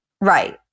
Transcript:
Right